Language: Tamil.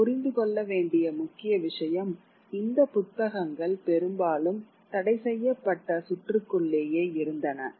நாம் புரிந்து கொள்ள வேண்டிய முக்கிய விஷயம் இந்த புத்தகங்கள் பெரும்பாலும் தடைசெய்யப்பட்ட சுற்றுக்குள்ளேயே இருந்தன